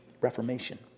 reformation